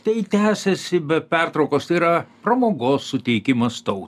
tai tęsiasi be pertraukos tai yra pramogos suteikimas tau